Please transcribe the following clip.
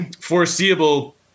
foreseeable